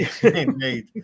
Indeed